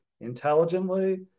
intelligently